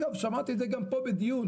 שמעתי את זה גם פה בדיון,